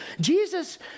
Jesus